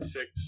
Six